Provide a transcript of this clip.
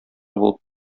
булып